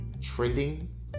trending